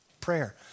prayer